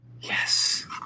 Yes